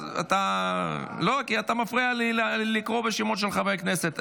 אתה מפריע לי לקרוא בשמות של חברי הכנסת.